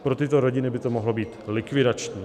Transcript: Pro tyto rodiny by to mohlo být likvidační.